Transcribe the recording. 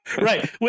Right